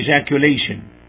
ejaculation